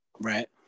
Right